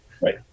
Right